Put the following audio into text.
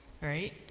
right